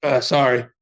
sorry